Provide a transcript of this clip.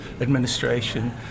administration